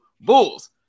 Bulls